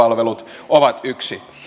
sosiaali ja terveyspalvelut ovat yksi